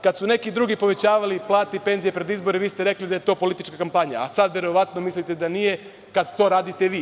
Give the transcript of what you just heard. Kada su neki drugi povećavali plate i penzije pred izbore vi ste rekli da je to politička kampanja, a sada verovatno mislite da nije kada to radite vi.